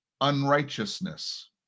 unrighteousness